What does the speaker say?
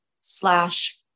slash